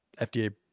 FDA